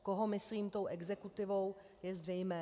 Koho myslím tou exekutivou, je zřejmé.